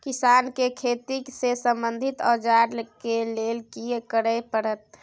किसान के खेती से संबंधित औजार के लेल की करय परत?